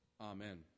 Amen